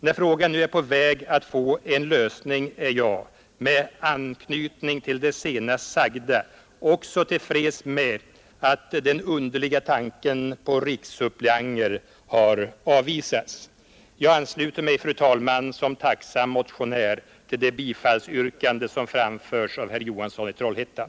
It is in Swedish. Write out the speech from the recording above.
När problemet nu är på väg att lösas, är jag med anknytning till det senast sagda också till freds med att den underliga tanken på rikssuppleanter har avvisats. Jag ansluter mig, fru talman, såsom tacksam motionär till det bifallsyrkande som framförts av herr Johansson i Trollhättan.